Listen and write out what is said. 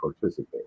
participate